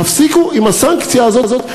הפסיקו עם הסנקציה הזאת,